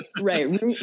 right